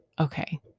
okay